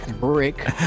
brick